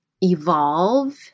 evolve